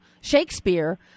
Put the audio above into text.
Shakespeare